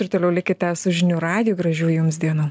ir toliau likite su žinių radiju gražių jums dienų